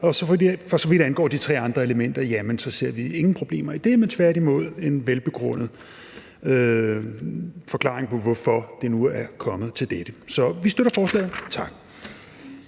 for så vidt angår de tre andre elementer, ser vi ingen problemer i det, men tværtimod en velbegrundet forklaring på, hvorfor det nu er kommet til dette. Så vi støtter forslaget. Tak.